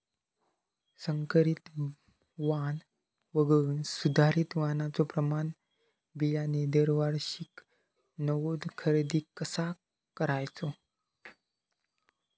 संकरित वाण वगळुक सुधारित वाणाचो प्रमाण बियाणे दरवर्षीक नवो खरेदी कसा करायचो?